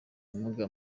ubumuga